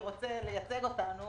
שראה את התקשורת ורוצה לייצג אותנו